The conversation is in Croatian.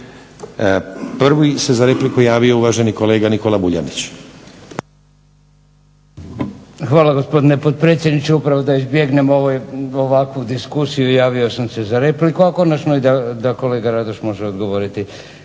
Nikola (Hrvatski laburisti - Stranka rada)** Hvala, gospodine potpredsjedniče. Upravo da izbjegnem ovakvu diskusiju javio sam se za repliku, a konačno i da kolega Radoš može odgovoriti.